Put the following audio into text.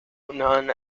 non